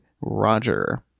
Roger